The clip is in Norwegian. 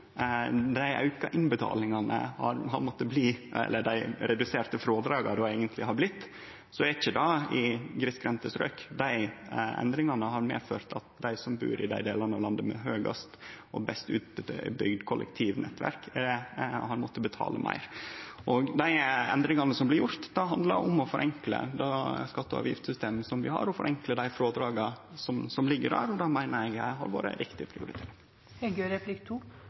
dei auka innbetalingane – eller eigentleg dei reduserte frådraga – har skjedd, er det ikkje i grisgrendte strøk. Desse endringane har ført til at dei som bur i dei delane av landet med høgast og best utbygd kollektivnettverk, har måtta betale meir. Endringane som blei gjorde, handlar om å forenkle det skatte- og avgiftssystemet vi har, og dei frådraga som ligg der. Det meiner eg har vore ei riktig prioritering.